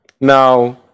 Now